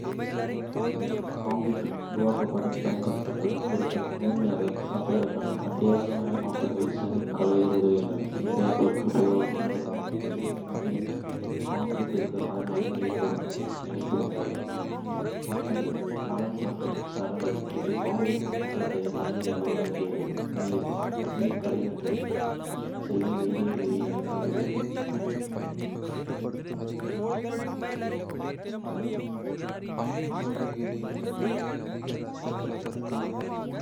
கான்கிரீட் உருவாக்க பயன்படுத்தப்படும் பொருட்களை முழுமையாக கலப்பதற்கான அத்தியாவசிய நோக்கத்திற்கு சிமென்ட் கலவைகள் உதவுகின்றன. இந்த பொருட்கள் பொதுவாக பின்வருமாறு. சிமெண்ட் கான்கிரீட்டுக்கு அதன் வலிமையைக் கொடுக்கும் பிணைப்பு முகவர். மொத்தங்கள் மணல் மற்றும் சரளை, இது கான்கிரீட்டுக்கு மொத்தத்தையும் வலிமையையும் வழங்குகிறது. நீர் சிமெண்ட் கடினமடையச் செய்யும் வேதியியல் எதிர்வினையைத் தூண்டுகிறது.